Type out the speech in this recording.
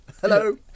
Hello